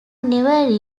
never